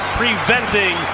preventing